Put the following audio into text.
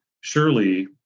surely